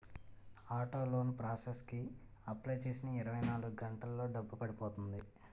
auto loan process కి apply చేసిన ఇరవై నాలుగు గంటల్లో డబ్బు పడిపోతుంది